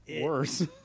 worse